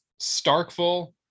Starkville